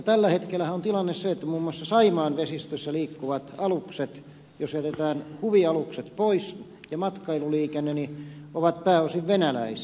tällä hetkellähän on tilanne se että muun muassa saimaan vesistössä liikkuvat alukset jos jätetään huvialukset ja matkailuliikenne pois ovat pääosin venäläisiä